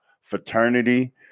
fraternity